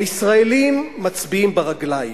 הישראלים מצביעים ברגליים,